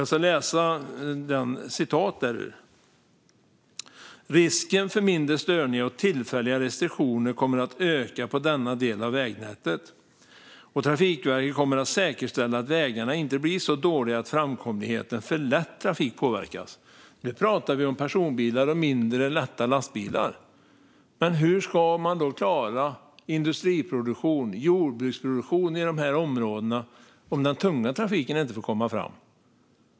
Där framgår att risken för mindre störningar och tillfälliga restriktioner kommer att öka på denna del av vägnätet. Trafikverket kommer att säkerställa att vägarna inte blir så dåliga att framkomligheten för lätt trafik påverkas. Nu pratar vi alltså om personbilar och mindre lätta lastbilar. Men hur ska man då klara industriproduktion och jordbruksproduktion i de områdena om den tunga trafiken inte får komma fram?